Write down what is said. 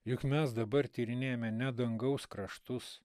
juk mes dabar tyrinėjame ne dangaus kraštus